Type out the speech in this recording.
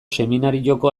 seminarioko